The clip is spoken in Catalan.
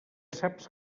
saps